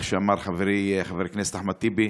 כמו שאמר חברי חבר הכנסת אחמד טיבי.